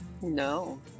No